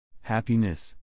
Happiness